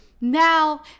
Now